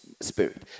spirit